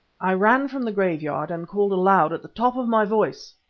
i ran from the graveyard and called aloud at the top of my voice,